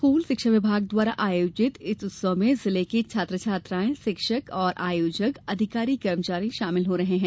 school शिक्षा विभाग द्वारा आयोजित इस उत्सव में जिलों के छात्र छात्राएं शिक्षक और आयोजक अधिकारीकर्मचारी शामिल हो रहे हैं